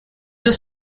the